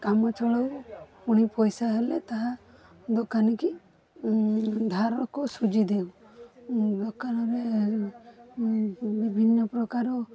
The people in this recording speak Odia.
କାମ ଚଳଉ ପୁଣି ପଇସା ହେଲେ ତାହା ଦୋକାନୀକି ଧାରକୁ ଶୁଜିଦେଉ ଦୋକାନରେ ବିଭିନ୍ନ ପ୍ରକାର